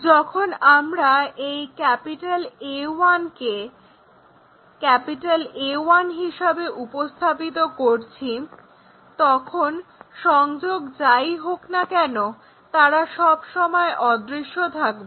যখন আমরা এই A1 কে A1 হিসেবে উপস্থাপিত করছি তখন সংযোগ যাই হোক না কেন তারা সবসময় অদৃশ্য থাকবে